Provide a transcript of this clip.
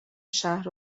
شهر